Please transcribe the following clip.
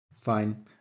fine